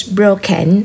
broken